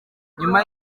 nyuma